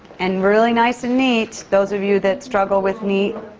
and really nice and neat, those of you that struggle with neat.